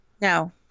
No